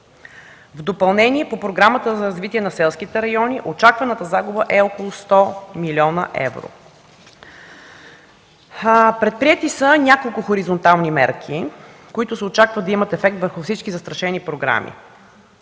В допълнение – по Програмата за развитие на селските райони, очакваната загуба е около 100 млн. евро. Предприети са няколко хоризонтални мерки, които се очакват да имат ефект върху всички застрашени програми.